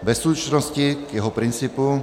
Ve stručnosti k jeho principu.